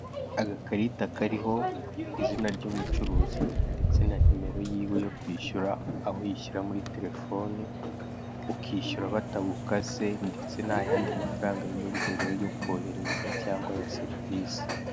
Agakarita kariho izina ry'umucuruzi ndetse na nimero yiwe yo kwishyura, aho uyishyira muri telefoni ukishyura batagukase, ndetse nta yandi mafaranga yiyongereyeho yo kohereza cyangwa ya serivisi.